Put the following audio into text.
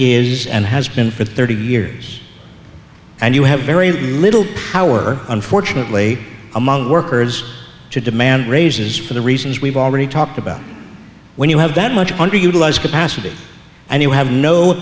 is and has been for thirty years and you have very little power unfortunately among workers to demand raises for the reasons we've already talked about when you have that much underutilized capacity and you have no